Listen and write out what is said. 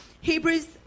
Hebrews